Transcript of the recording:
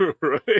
Right